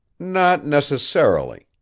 not necessarily,